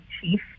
chief